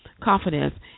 confidence